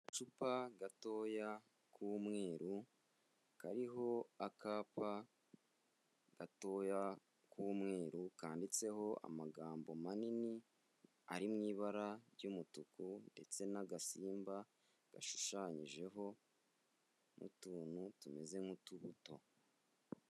Agacupa gatoya k'umweru kariho akapa gatoya k'umweru kanditseho amagambo manini ari mu ibara ry'umutuku ndetse n'agasimba gashushanyijeho n'utuntu tumeze nk'utubuto.